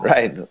Right